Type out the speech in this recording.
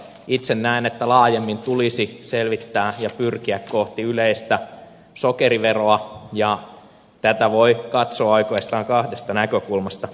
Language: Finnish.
itse näen että laajemmin tulisi asiaa selvittää ja pyrkiä kohti yleistä sokeriveroa ja tätä voi katsoa oikeastaan kahdesta näkökulmasta